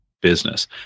business